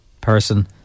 person